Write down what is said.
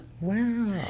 Wow